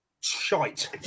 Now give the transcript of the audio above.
shite